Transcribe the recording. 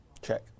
Check